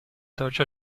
deutscher